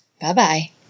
Bye-bye